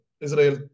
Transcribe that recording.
Israel